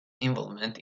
involvement